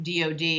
DOD